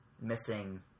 missing